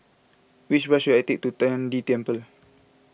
which bus should I take to Tian De Temple